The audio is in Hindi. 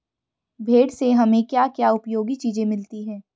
भेड़ से हमें क्या क्या उपयोगी चीजें मिलती हैं?